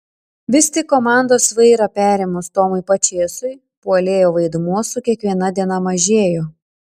vis tik komandos vairą perėmus tomui pačėsui puolėjo vaidmuo su kiekviena diena mažėjo